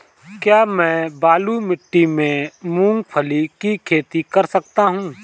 क्या मैं बालू मिट्टी में मूंगफली की खेती कर सकता हूँ?